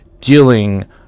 dealing